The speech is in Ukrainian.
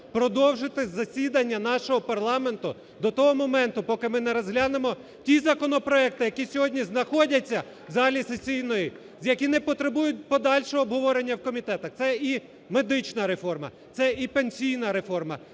продовжити засідання нашого парламенту до того моменту, поки ми не розглянемо ті законопроекти, які сьогодні знаходяться в залі сесійній, які не потребують подальшого обговорення в комітетах, це і медична реформа, це і пенсійна реформа,